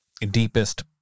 deepest